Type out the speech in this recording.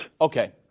Okay